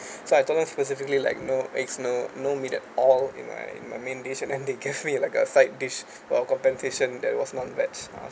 so I told them specifically like no eggs no no meat at all in my in my main dish and then they gave me like a side dish for a compensation that was non-veg uh